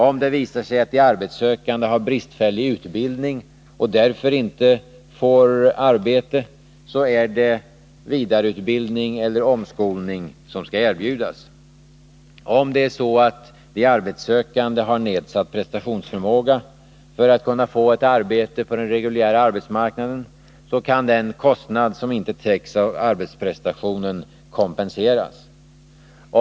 Om det visar sig att de arbetssökande har bristfällig utbildning och därför inte får arbete, är det vidareutbildning eller omskolning som skall erbjudas. Om det är så att en arbetssökande har alltför nedsatt prestationsförmåga för att kunna få ett arbete på den reguljära arbetsmarknaden, kan den kostnad som inte täcks av arbetsprestationen kompenseras.